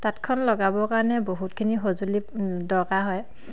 তাঁতখন লগাবৰ কাৰণে বহুতখিনি সঁজুলিৰ দৰকাৰ হয়